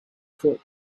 foot